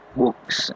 books